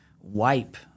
wipe –